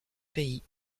pays